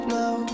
now